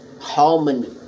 harmony